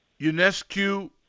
UNESCO